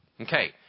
Okay